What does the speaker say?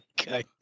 Okay